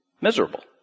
Miserable